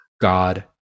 God